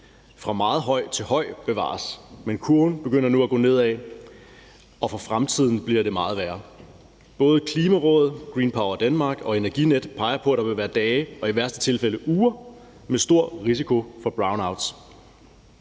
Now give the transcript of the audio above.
fra meget høj til høj, bevares, men kurven begynder nu at gå nedad, og i fremtiden bliver det meget værre. Både Klimarådet, Green Power Danmark og Energinet peger på, at der vil være dage og i værste tilfælde uger med stor risiko for brownouts.